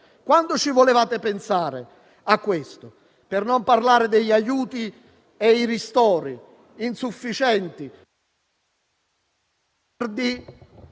Quando ci volevate pensare a questo, per non parlare degli aiuti e i ristori che sono insufficienti.